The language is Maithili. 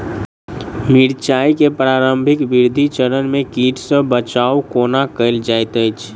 मिर्चाय केँ प्रारंभिक वृद्धि चरण मे कीट सँ बचाब कोना कैल जाइत अछि?